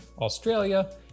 Australia